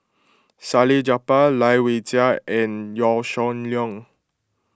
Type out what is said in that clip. Salleh Japar Lai Weijie and Yaw Shin Leong